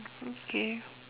okay